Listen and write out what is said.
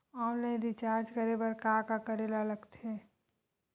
Online recharge करे बर का का करे ल लगथे?